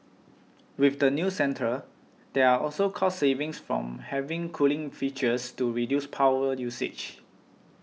with the new centre there are also cost savings from having cooling features to reduce power usage